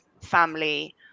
family